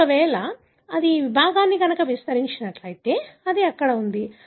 ఒకవేళ అది ఆ విభాగాన్ని విస్తరిస్తే అది అక్కడ ఉంది